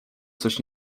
coś